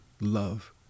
love